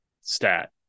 stat